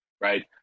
right